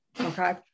okay